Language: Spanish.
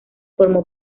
formó